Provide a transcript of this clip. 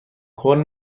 کورن